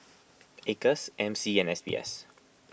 Acres M C and S B S